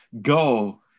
Go